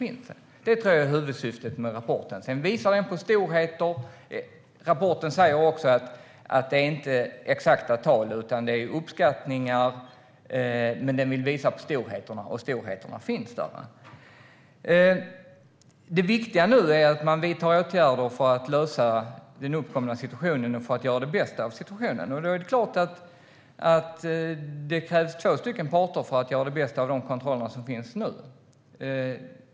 Att visa detta tror jag är huvudsyftet med rapporten. Sedan visar den på storheter. Rapporten säger att det inte är fråga om exakta tal, utan om uppskattningar, men den vill visa på storheterna, och storheterna finns där. Det viktiga nu är att man vidtar åtgärder för att lösa den uppkomna situationen och göra det bästa av situationen. Det är klart att det krävs två parter för att göra det bästa av de kontroller som finns nu.